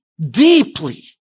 deeply